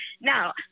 Now